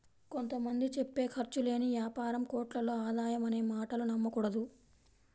కొంత మంది చెప్పే ఖర్చు లేని యాపారం కోట్లలో ఆదాయం అనే మాటలు నమ్మకూడదు